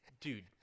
Dude